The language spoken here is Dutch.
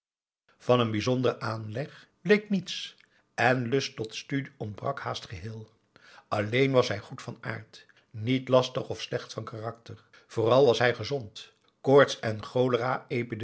van een bijzonderen aanleg bleek niets en lust tot studie ontbrak haast geheel alleen was hij goed van aard niet lastig of slecht van karakter vooral was hij gezond koorts en